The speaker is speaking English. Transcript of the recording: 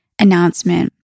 announcement